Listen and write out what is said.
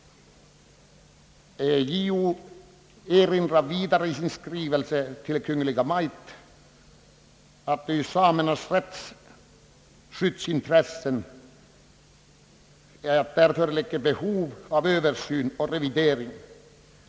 JO erinrar vidare i sin skrivelse till Kungl. Maj:t att det ur samernas rättsskyddsintresse föreligger behov av en Översyn och revidering av gällande bestämmelser.